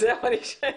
אחרי,